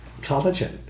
Collagen